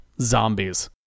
Zombies